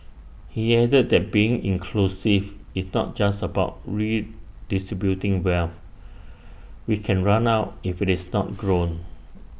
he added that being inclusive is not just about redistributing wealth which can run out if IT is not grown